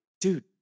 Dude